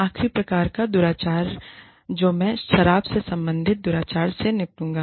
आखिरी प्रकार का दुराचार जो मैं शराब से संबंधित दुराचार से निपटूंगा